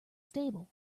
stable